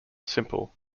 simple